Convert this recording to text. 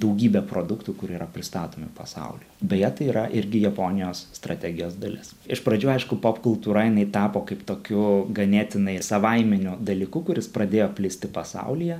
daugybė produktų kurie yra pristatomi pasauliui beje tai yra irgi japonijos strategijas dalis iš pradžių aišku popkultūra jinai tapo kaip tokiu ganėtinai savaiminiu dalyku kuris pradėjo plisti pasaulyje